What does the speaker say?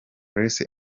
grace